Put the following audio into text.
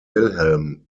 wilhelm